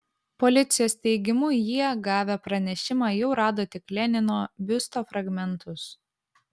policijos teigimu jie gavę pranešimą jau rado tik lenino biusto fragmentus